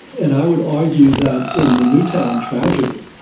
and i would argue that in the newtown tragedy,